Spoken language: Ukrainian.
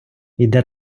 йде